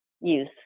use